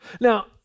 Now